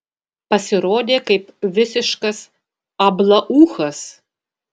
pasirodė kaip visiškas ablaūchas